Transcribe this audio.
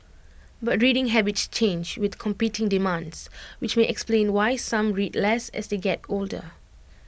but reading habits change with competing demands which may explain why some read less as they get older